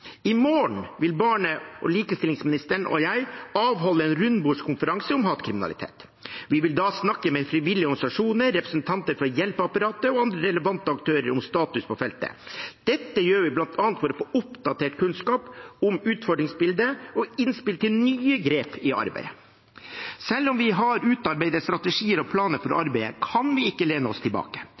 I morgen vil barne- og likestillingsministeren og jeg avholde en rundebordskonferanse om hatkriminalitet. Vi vil da snakke med frivillige organisasjoner, representanter fra hjelpeapparatet og andre relevante aktører om status på feltet. Dette gjør vi bl.a. for å få oppdatert kunnskap om utfordringsbildet og innspill til nye grep i arbeidet. Selv om vi har utarbeidet strategier og planer for arbeidet, kan vi ikke lene oss tilbake.